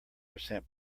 percent